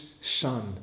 Son